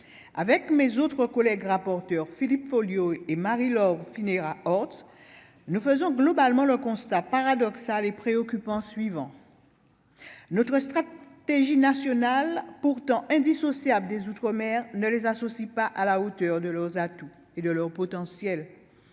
avec mes autres collègues rapporteurs Philippe Folliot et Marie-Laure Phinéra Horth nous faisons globalement le constat paradoxal et préoccupant, suivant l'autre stratégie nationale pourtant indissociable des outre-mer ne les associe pas à la hauteur de nos atouts et de leur potentiel,